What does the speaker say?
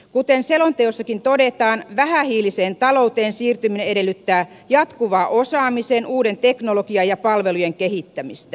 kuten selonteossakin todetaan vähähiiliseen talouteen siirtyminen edellyttää jatkuvaa osaamisen uuden teknologian ja palvelujen kehittämistä